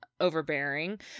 overbearing